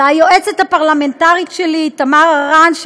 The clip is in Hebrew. ליועצת הפרלמנטרית שלי תמר הרן,